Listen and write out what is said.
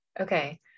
Okay